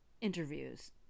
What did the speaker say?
interviews